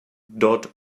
dot